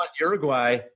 Uruguay